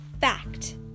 Fact